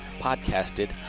podcasted